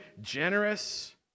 generous